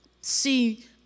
see